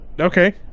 Okay